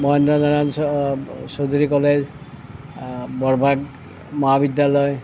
Mahendra Narayan Choudhury college Borbhag Mahavidyalaya